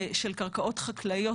של קרקעות חקלאיות,